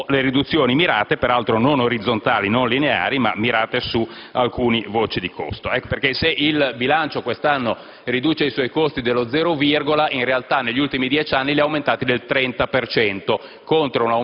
e dopo le riduzioni mirate - peraltro non orizzontali, non lineari - su alcune voci di costo. Se il bilancio quest'anno riduce i suoi costi dello «zero virgola», in realtà negli ultimi dieci anni li ha aumentati del 30